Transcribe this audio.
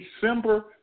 December